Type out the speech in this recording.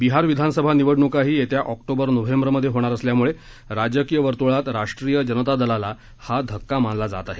बिहार विधानसभा निवडणुकाही येत्या ऑक्टोबर नोव्हेंबरमध्ये होणार असल्यामुळे राजकीय वर्तुळात राष्ट्रीय जनता दलाला हा धक्का मानला जात आहे